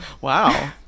wow